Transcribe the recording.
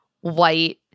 white